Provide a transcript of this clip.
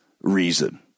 reason